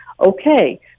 okay